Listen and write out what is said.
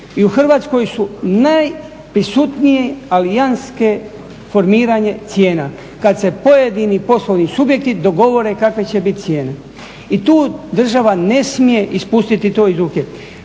i u Hrvatskoj su najprisutniji alijanske formiranje cijena, kad se pojedini poslovni, subjekti dogovore kakve će biti cijene. I tu država ne smije ispustiti to iz ruke.